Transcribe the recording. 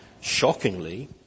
shockingly